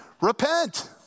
Repent